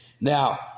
Now